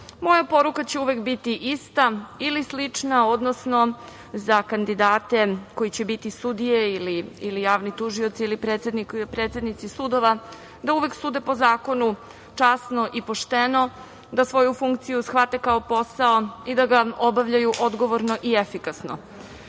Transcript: poruka će uvek biti ista ili slična, odnosno za kandidate koji će biti sudije ili javni tužioci ili predsednici sudova, da uvek sude po zakonu, časno i pošteno, da svoju funkciju shvate kao posao i da ga obavljaju odgovorno i efikasno.